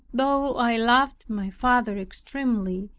though i loved my father extremely,